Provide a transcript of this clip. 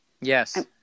yes